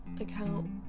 account